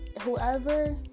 whoever